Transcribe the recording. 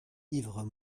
ivre